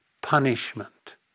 punishment